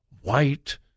white